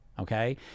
Okay